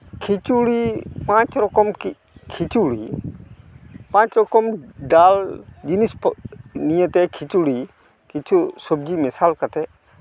ᱠᱷᱤᱪᱩᱲᱤ ᱯᱟᱸᱪ ᱨᱚᱠᱚᱢ ᱠᱷᱤᱪᱩᱲᱤ ᱯᱟᱸᱪ ᱨᱚᱠᱚᱢ ᱰᱟᱞ ᱡᱤᱱᱤᱥ ᱠᱚ ᱱᱤᱭᱟᱹᱛᱮ ᱠᱷᱤᱪᱩᱲᱤ ᱠᱤᱪᱷᱩ ᱥᱚᱵᱡᱤ ᱢᱮᱥᱟᱞ ᱠᱟᱛᱮ